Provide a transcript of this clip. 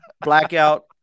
blackout